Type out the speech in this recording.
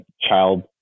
child